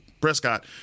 Prescott